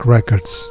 Records